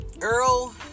Earl